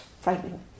frightening